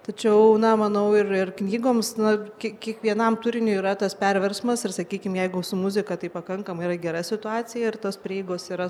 tačiau na manau ir ir knygoms na kiek kiekvienam turiniui yra tas perversmas ir sakykim jeigu su muzika tai pakankamai yra gera situacija ir tos prieigos yra